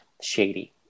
shady